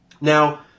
Now